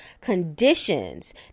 conditions